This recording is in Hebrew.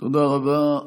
תודה רבה.